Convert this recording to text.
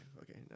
okay